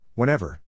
Whenever